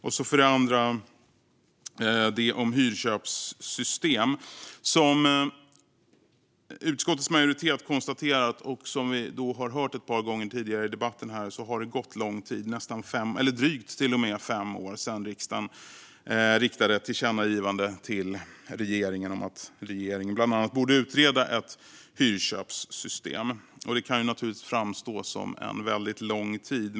När det gäller hyrköpssystem konstaterar utskottets majoritet, vilket vi har hört ett par gånger tidigare i debatten, att det har gått långt tid, drygt fem år, sedan riksdagen riktade ett tillkännagivande till regeringen om att utreda bland annat ett hyrköpssystem. Det kan naturligtvis framstå som en väldigt lång tid.